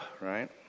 right